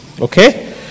okay